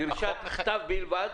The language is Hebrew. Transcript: דרישת כתב בלבד?